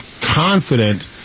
confident